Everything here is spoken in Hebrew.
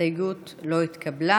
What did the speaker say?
ההסתייגות לא התקבלה.